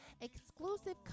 exclusive